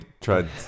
tried